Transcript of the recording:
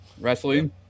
Wrestling